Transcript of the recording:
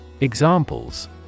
Examples